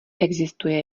existuje